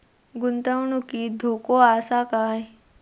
गुंतवणुकीत धोको आसा काय?